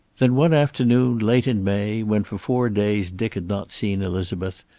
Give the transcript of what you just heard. then, one afternoon late in may, when for four days dick had not seen elizabeth,